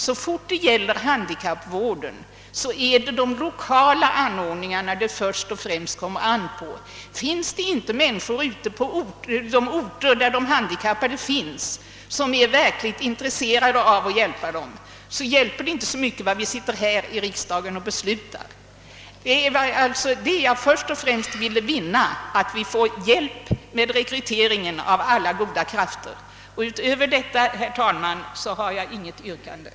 Så fort det gäller handikappvården är det de lokala anordningarna det främst kommer an på. Finns det inte människor ute på de orter där de handikappade vistas, människor som verkligen är intresserade av att hjälpa de handikappade, får de åtgärder som vi här i riksdagen beslutar ingen betydelse. Vad jag i första hand velat vinna är alltså att vi får hjälp av alla goda krafter med rekryteringen. Något särskilt yrkande har jag inte, herr talman.